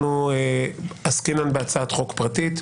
אנחנו עסקינן בהצעת חוק פרטית.